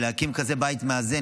להקים בית כזה מאזן,